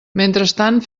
mentrestant